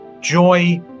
joy